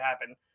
happen